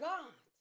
God